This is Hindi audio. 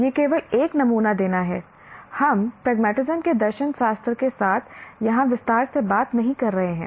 यह केवल एक नमूना देना है हम प्रगमतिस्म के दर्शनशास्त्र के साथ यहाँ विस्तार से बात नहीं कर रहे हैं